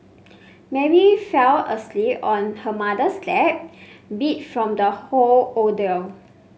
Mary fell asleep on her mother's lap beat from the whole ordeal